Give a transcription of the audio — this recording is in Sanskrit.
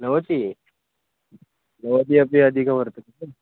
भवति भवति अपि अधिकः वर्तते कलु